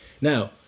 Now